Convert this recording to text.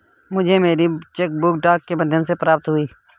मुझे मेरी cheque book डाक के माध्यम से प्राप्त हुई है